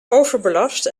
overbelast